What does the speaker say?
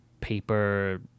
paper